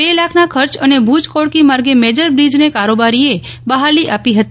બે લાખના ખર્ચ અને ભ્જ કોડકી માર્ગે મેજર બ્રિજને કારોબારીએ બહાલી આપી હતી